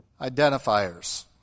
identifiers